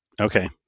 Okay